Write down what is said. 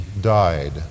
died